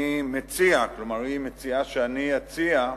אני מציע, כלומר היא מציעה שאני אציע,